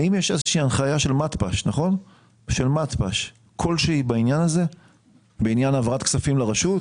האם יש הנחיה של מתפ"ש כלשהי בעניין העברת כספים לרשות?